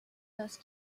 parce